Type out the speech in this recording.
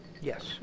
Yes